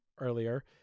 earlier